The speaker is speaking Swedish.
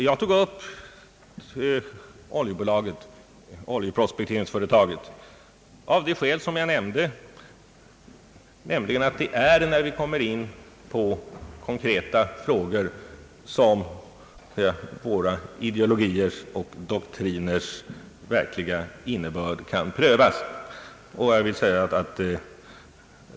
Jag berörde oljeprospekteringsföretaget av det skäl som jag nämnde, nämligen att det är när vi kommer in på konkreta frågor som våra ideologiers och doktriners verkliga innebörd kan prö Vas.